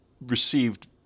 received